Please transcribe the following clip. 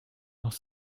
noch